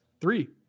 three